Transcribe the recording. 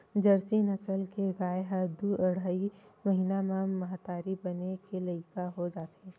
Jersey नसल के गाय ह दू अड़हई महिना म महतारी बने के लइक हो जाथे